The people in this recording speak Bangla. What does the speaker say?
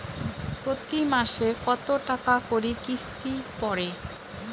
প্রতি মাসে কতো টাকা করি কিস্তি পরে?